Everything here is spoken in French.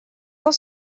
ans